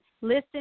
listen